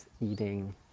eating